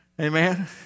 Amen